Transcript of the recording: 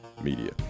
media